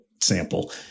sample